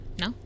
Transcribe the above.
No